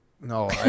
No